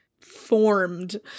formed